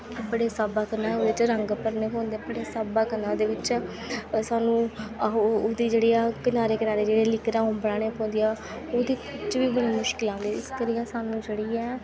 बड़े स्हाबा कन्नै ओह्दे च रंग भरने पौंदे बड़े स्हाबा कन्नै ओह्दे बिच्च सानूं आहो ओह्दी जेह्ड़ी ऐ कनारे कनारे जेह्ड़ी लीकरां ओह् बनाने पौंदियां ओह्दे बिच्च बी बड़ी मुश्कल औंदी इस करियै सानूं जेह्ड़ी ऐ